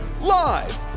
Live